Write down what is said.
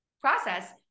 process